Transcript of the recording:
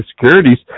securities